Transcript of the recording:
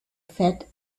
fat